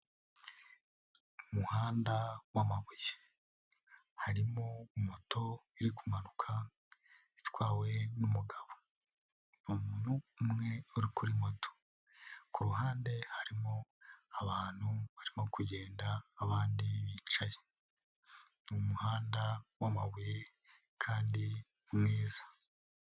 Umuhanda w'amabuye, harimo moto iri kumanuka itwawe n'umugabo, ni umuntu umwe uri kuri moto, ku ruhande harimo abantu barimo kugenda abandi bicaye, ni umuhanda w'amabuye kandi mwiza.